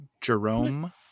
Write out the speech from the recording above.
Jerome